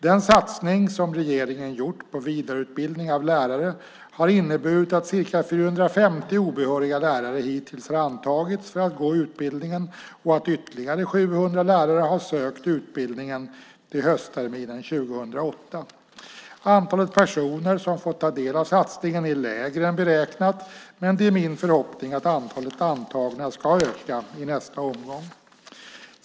Den satsning som regeringen gjort på vidareutbildning av lärare har inneburit att ca 450 obehöriga lärare hittills har antagits för att gå utbildningen och att ytterligare 700 lärare har sökt utbildningen till höstterminen 2008. Antalet personer som fått ta del av satsningen är lägre än beräknat, men det är min förhoppning att antalet antagna ska öka i nästa omgång.